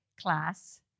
class